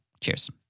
Cheers